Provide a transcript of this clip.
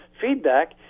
feedback